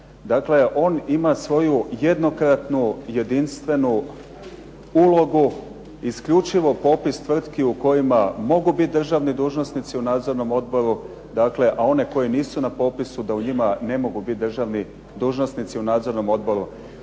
Dakle, on ima svoju jednokratnu, jedinstvenu ulogu, isključivo popis tvrtki u kojima mogu bit državni dužnosnici u nadzornom odboru dakle, a one koji nisu na popisu da u njemu ne mogu bit državni dužnosnici u nadzornom odboru.